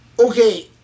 okay